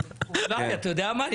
אתה יודע מה?